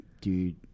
dude